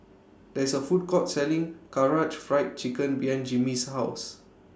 There IS A Food Court Selling Karaage Fried Chicken behind Jimmy's House